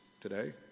today